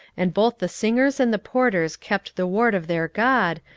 and both the singers and the porters kept the ward of their god,